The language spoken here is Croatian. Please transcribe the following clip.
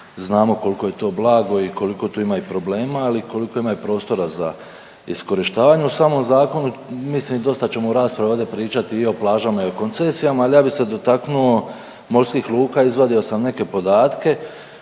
znamo koliko je to blago i koliko tu ima i problema, ali koliko ima i prostora za iskorištavanje u samom zakonu, mislim dosta ćemo u raspravi ovdje pričati i o plažama i o koncesijama. Ja bi se dotaknuo morskih luka, izvadio sam neke podatke,